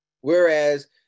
Whereas